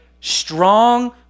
strong